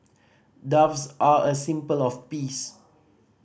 doves are a symbol of peace